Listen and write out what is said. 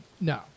No